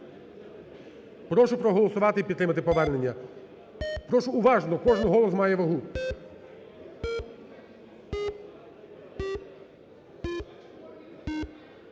Прошу проголосувати і підтримати повернення. Прошу уважно, кожен голос має вагу.